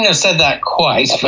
yeah said that quite. but